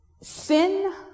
Sin